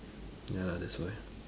ya that's why